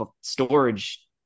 storage